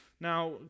Now